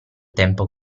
tempo